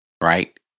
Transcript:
right